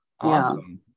Awesome